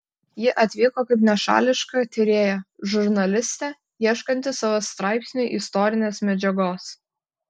ji atvyko kaip nešališka tyrėja žurnalistė ieškanti savo straipsniui istorinės medžiagos